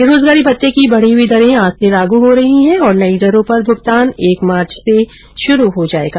बेरोजगारी भत्ते की बढ़ी हुई दरें आज से लागू हो रही है और नई दरों पर भूगतान एक मार्च से शुरू हो जाएगा